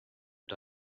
but